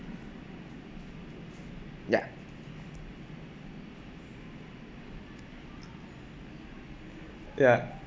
ya ya